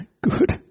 Good